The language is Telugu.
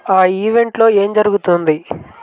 ఆ ఈవెంట్లో ఏం జరుగుతుంది